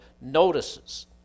notices